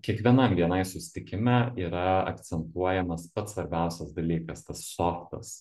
kiekvienam bni susitikime yra akcentuojamas pats svarbiausias dalykas tas softas